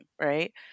Right